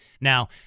Now